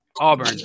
Auburn